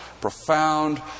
profound